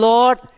Lord